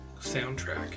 soundtrack